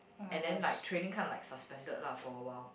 and then like training kind of like suspended lah for awhile